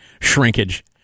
shrinkage